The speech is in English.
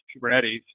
Kubernetes